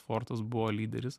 fortas buvo lyderis